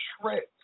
shreds